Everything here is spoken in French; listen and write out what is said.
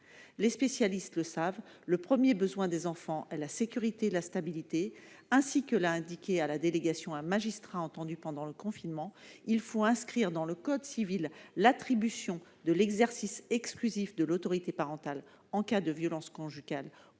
Les spécialistes le savent : le premier besoin des enfants est la sécurité et la stabilité, ainsi que l'a indiqué à la délégation un magistrat auditionné pendant le confinement. Il faut inscrire dans le code civil l'attribution de l'exercice exclusif de l'autorité parentale en cas de violences conjugales